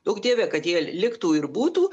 duok dieve kad jie liktų ir būtų